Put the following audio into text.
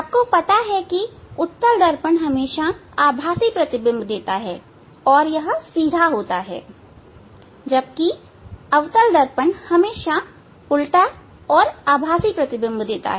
आपको पता है कि उत्तल दर्पण हमेशा आभासी प्रतिबिंब देता है और यह सीधा होता है और अवतल दर्पण हमेशा उल्टा और आभासी प्रतिबिंब देता है